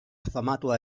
famatua